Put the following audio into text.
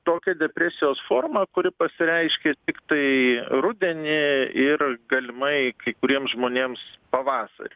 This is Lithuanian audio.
tokia depresijos forma kuri pasireiškia tiktai rudenį ir galimai kai kuriems žmonėms pavasarį